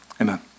Amen